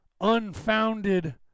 unfounded